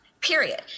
period